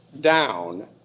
down